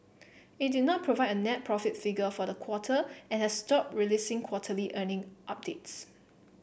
it did not provide a net profit figure for the quarter and has stopped releasing quarterly earning updates